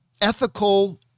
ethical